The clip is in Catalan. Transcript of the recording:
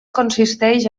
consisteix